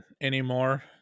anymore